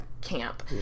camp